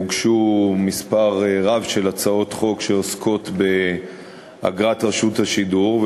הוגשו מספר רב של הצעות חוק שעוסקות באגרת רשות השידור,